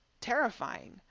terrifying